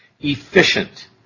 Efficient